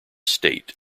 state